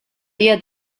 día